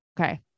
Okay